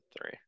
three